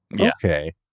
Okay